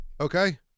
okay